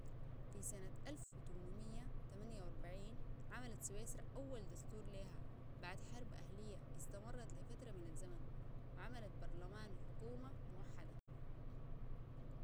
في سنة الف تمنميه تمنيه واربعين عملت سويسرا أول دستور ليها بعد حرب أهلية استمرت لفترة من الزمن وعملت برلمان وحكومة موحدة